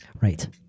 Right